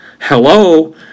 Hello